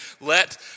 Let